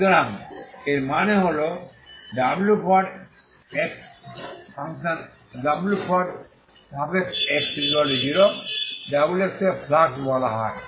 সুতরাং এর মানে হল wx0 wx কে ফ্লাক্স বলা হয়